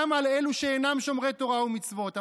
גם על אלו שאינם שומרי תורה ומצוות.